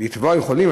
לתבוע יכולים.